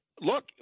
Look